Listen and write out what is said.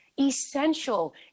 essential